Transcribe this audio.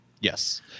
Yes